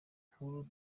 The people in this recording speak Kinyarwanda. nkuru